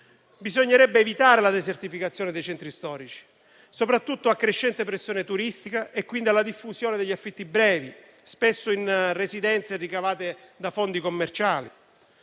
Bisognerebbe evitare la desertificazione dei centri storici, soprattutto a crescente pressione turistica, quindi la diffusione degli affitti brevi, spesso in residenze ricavate da fondi commerciali.